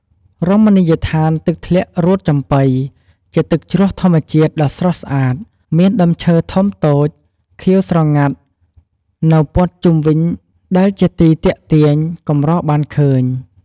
រមនីយដ្ឋានទឹកធ្លាក់រួតចំបុី ជាទឹកជ្រោះធម្មជាតិដ៏ស្រស់ស្អាត មានដើមឈើធំតូច ខៀវស្រងាត់នៅព័ទ្ធជុំវិញដែលជាទីទាក់ទាញកម្របានឃើញ។